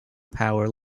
power